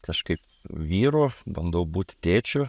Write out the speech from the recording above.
kažkaip vyru bandau būt tėčiu